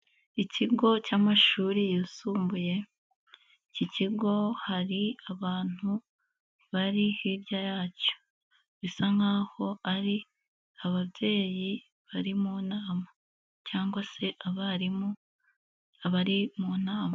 Ikigo cy'amashuri yisumbuye, iki kigo hari abantu bari hirya yacyo, bisa nk'aho ari ababyeyi bari mu nama cyangwa se abarimu bari mu nama.